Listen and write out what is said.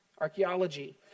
Archaeology